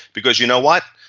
because you know what?